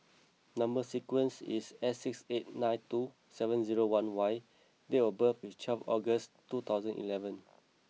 number sequence is S six eight nine two seven zero one Y date of birth is twelve August two thousand eleven